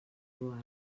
joan